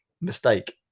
mistake